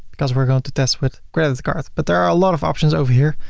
because we're going to test with credit card. but, there are a lot of options over here.